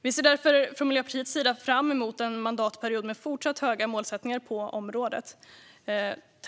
Vi ser därför från Miljöpartiets sida fram emot en mandatperiod med fortsatt höga målsättningar på området.